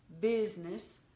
business